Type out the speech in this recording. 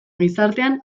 gizartean